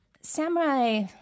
samurai